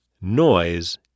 Noise